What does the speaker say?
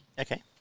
Okay